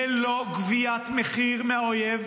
ללא גביית מחיר מהאויב,